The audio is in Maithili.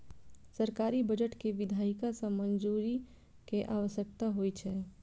सरकारी बजट कें विधायिका सं मंजूरी के आवश्यकता होइ छै